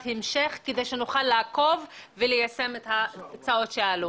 המשך כדי שנוכל לעקוב וליישם את ההצעות שעלו.